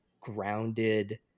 grounded